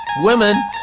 Women